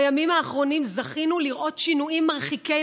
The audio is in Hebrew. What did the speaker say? בימים האחרונים זכינו לראות שינויים מרחיקי